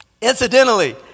Incidentally